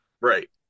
Right